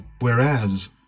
Whereas